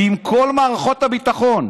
עם כל מערכות הביטחון.